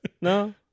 no